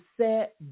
set